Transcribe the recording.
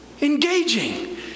engaging